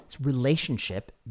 relationship